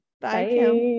bye